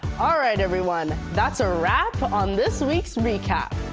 all right everyone, that's a wrap on this week's recap.